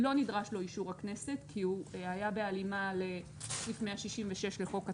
לא נדרש לו אישור הכנסת כי הוא היה בהלימה לסעיף 166 לחוק הטיס,